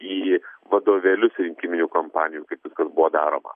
į vadovėlius rinkiminių kampanijų kas buvo daroma